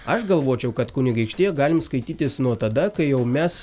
aš galvočiau kad kunigaikštija galim skaitytis nuo tada kai jau mes